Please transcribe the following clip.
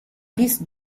these